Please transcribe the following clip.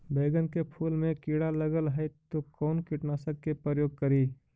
बैगन के फुल मे कीड़ा लगल है तो कौन कीटनाशक के प्रयोग करि?